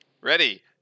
Ready